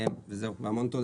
המון תודה.